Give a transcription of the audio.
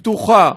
פתוחה,